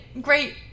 great